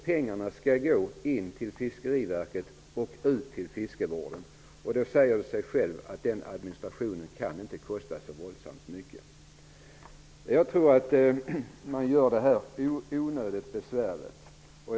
Pengarna skall gå in till Fiskeriverket och fördelas till fiskevården. Det säger sig självt att administrationen av detta inte kan kosta så våldsamt mycket. Jag tror att man gör detta onödigt besvärligt.